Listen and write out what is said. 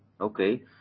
Okay